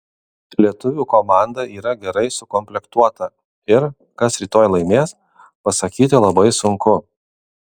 lietuvių komanda yra gerai sukomplektuota ir kas rytoj laimės pasakyti labai sunku